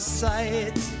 sight